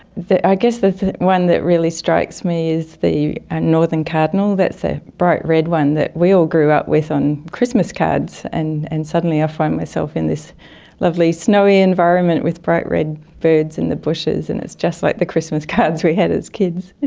i guess the one that really strikes me is the northern cardinal, that's the bright red one that we all grew up with on christmas cards, and and suddenly i find myself in this lovely snowy environment with bright red birds in the bushes and it's just like the christmas cards we had as kids.